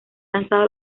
lanzado